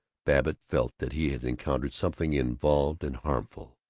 babbitt felt that he had encountered something involved and harmful.